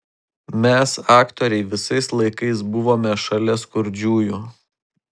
mes aktoriai visais laikais buvome šalia skurdžiųjų